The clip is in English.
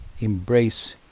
embrace